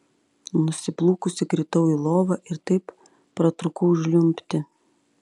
nusiplūkusi kritau į lovą ir taip pratrūkau žliumbti